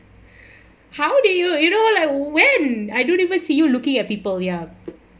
how do you you know like when I don't even see you looking at people ya